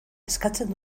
eskatzen